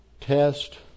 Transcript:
Test